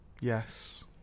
Yes